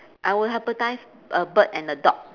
I will hybridise a bird and a dog